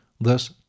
Thus